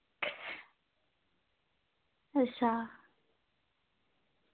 अच्छा